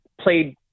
played